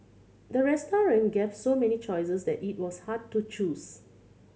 the restaurant gave so many choices that it was hard to choose